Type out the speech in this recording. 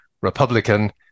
Republican